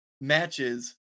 matches